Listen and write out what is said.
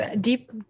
deep